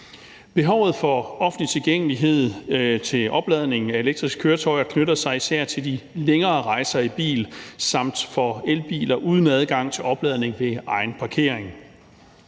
Behovet for offentlig tilgængelighed til opladning af elektriske køretøjer knytter sig især til de længere rejser i bil samt til elbiler uden adgang til opladning ved egen parkering.